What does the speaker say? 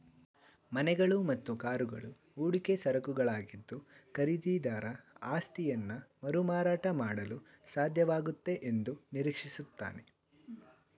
ಮನೆಗಳು ಮತ್ತು ಕಾರುಗಳು ಹೂಡಿಕೆ ಸರಕುಗಳಾಗಿದ್ದು ಖರೀದಿದಾರ ಆಸ್ತಿಯನ್ನಮರುಮಾರಾಟ ಮಾಡಲುಸಾಧ್ಯವಾಗುತ್ತೆ ಎಂದುನಿರೀಕ್ಷಿಸುತ್ತಾನೆ